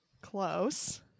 Close